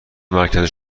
مرکز